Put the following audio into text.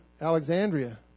Alexandria